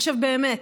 עכשיו, באמת,